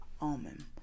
almond